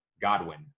Godwin